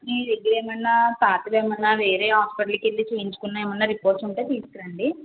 మీ దగ్గర ఏమన్న పాతవి ఏమన్న వేరే హాస్పటల్కి వెళ్ళి చూపించుకున్న ఏమైన రిపోర్ట్స్ ఉంటే తీసుకు రండి